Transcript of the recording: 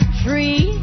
tree